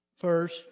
first